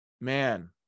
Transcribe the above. Man